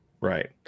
Right